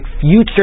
future